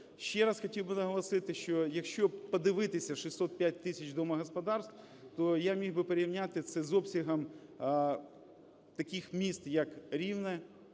Ще раз хотів би наголосити, що якщо подивитися 605 тисяч домогосподарств, то я міг би порівняти це з обсягом таких міст, як Рівне,